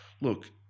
look